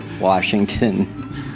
Washington